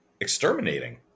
exterminating